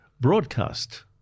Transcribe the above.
broadcast